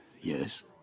Yes